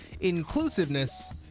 inclusiveness